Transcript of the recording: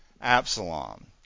Absalom